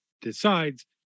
decides